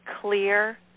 clear